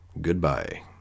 Goodbye